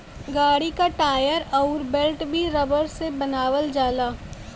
गाड़ी क टायर अउर बेल्ट भी रबर से बनावल जाला